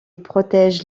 protège